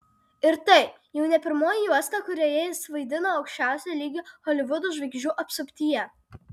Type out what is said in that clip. ir tai jau ne pirmoji juosta kurioje jis vaidino aukščiausio lygio holivudo žvaigždžių apsuptyje